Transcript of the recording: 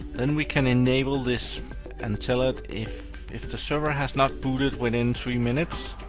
then we can enable this and tell it, if if the server has not booted within three minutes,